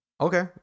Okay